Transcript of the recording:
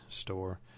store